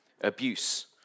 abuse